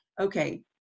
okay